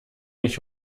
mich